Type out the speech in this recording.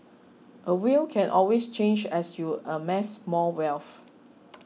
a will can always change as you amass more wealth